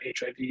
HIV